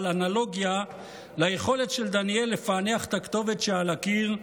אנלוגיה ליכולת של דניאל לפענח את הכתובת שעל הקיר,